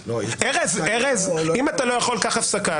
--- ארז, אם אתה לא יכול, קח הפסקה.